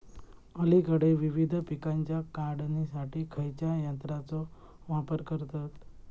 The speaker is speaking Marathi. अलीकडे विविध पीकांच्या काढणीसाठी खयाच्या यंत्राचो वापर करतत?